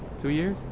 two years?